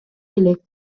элек